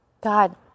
God